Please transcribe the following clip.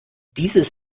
dieses